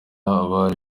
abari